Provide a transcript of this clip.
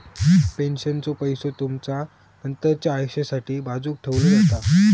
पेन्शनचो पैसो तुमचा नंतरच्या आयुष्यासाठी बाजूक ठेवलो जाता